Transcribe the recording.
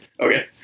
Okay